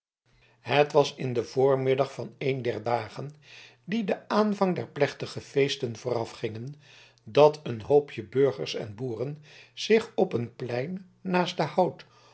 het was in den voormiddag van een der dagen die den aanvang der plechtige feesten voorafgingen dat een hoopje burgers en boeren zich op een plein naast den hout